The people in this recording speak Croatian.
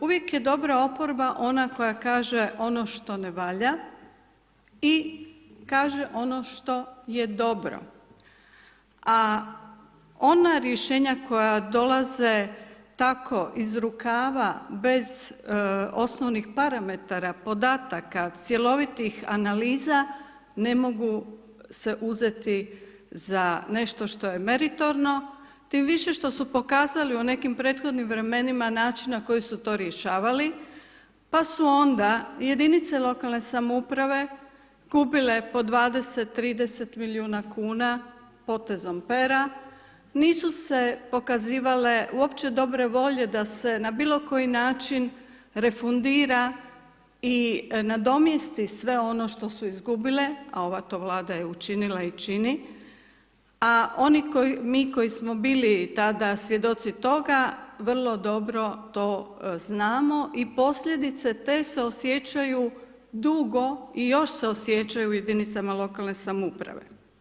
Uvijek je dobra oporba ona koja kaže ono što ne valja i kaže ono što je dobro, a ona rješenja koja dolaze tako iz rukava bez osnovnih parametara podataka, cjelovitih analiza ne mogu se uzeti za nešto što je meritorno tim više što su pokazali u nekim prethodnim vremenima način na kojih su to rješavali pa su onda jedinice lokalne samouprave kupile pod 20-30 miliona kuna potezom pera, nisu se pokazivale uopće dobre volje da se na bilo koji način refundira i nadomjesti sve ono što su izgubile, a ova to Vlada je učinila i čini, a mi koji smo bili tada svjedoci toga vrlo dobro to znamo i posljedice te se osjećaju dugo i još se osjećaju u jedinicama lokalne samouprave.